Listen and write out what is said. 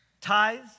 tithes